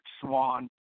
swan